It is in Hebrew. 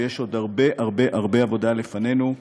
ויש עוד הרבה הרבה הרבה עבודה לפנינו.